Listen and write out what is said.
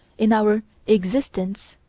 in our existence,